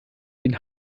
den